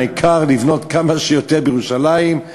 העיקר לבנות כמה שיותר בירושלים,